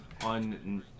on